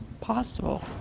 possible